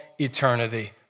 eternity